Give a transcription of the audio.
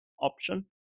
option